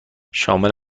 شامل